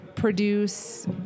Produce